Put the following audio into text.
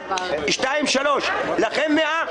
לכם 100,